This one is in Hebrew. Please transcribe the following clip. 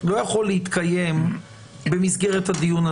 רק עלה הנושא הזה שכשלוקחים את ערכת האונס מכניסים אותה